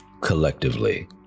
collectively